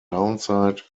townsite